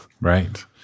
Right